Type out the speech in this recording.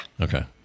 Okay